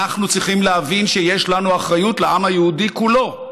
אנחנו צריכים להבין שיש לנו אחריות לעם היהודי כולו,